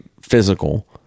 physical